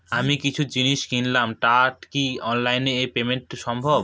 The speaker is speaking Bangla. আমি কিছু জিনিস কিনলাম টা কি অনলাইন এ পেমেন্ট সম্বভ?